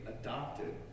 adopted